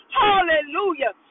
hallelujah